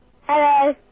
Hello